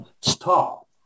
stop